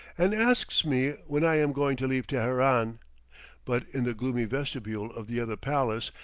and asks me when i am going to leave teheran but in the gloomy vestibule of the other palace,